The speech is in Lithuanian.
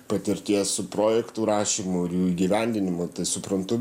patirties su projektų rašymu ir jų įgyvendinimu tai suprantu